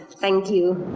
thank you.